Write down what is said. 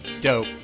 Dope